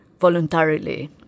voluntarily